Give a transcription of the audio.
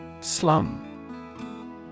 Slum